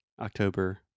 October